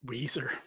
Weezer